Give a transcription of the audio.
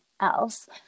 else